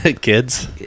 Kids